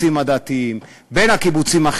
בין הקיבוצים הדתיים,